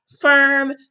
firm